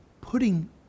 putting